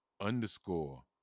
underscore